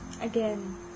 again